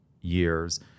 years